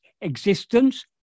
existence